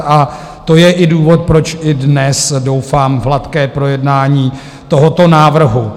A to je i důvod, proč i dnes doufám v hladké projednání tohoto návrhu.